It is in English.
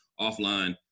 offline